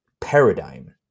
paradigm